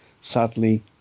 sadly